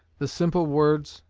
the simple words,